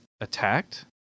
attacked